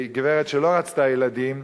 גברת שלא רצתה ילדים,